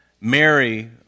Mary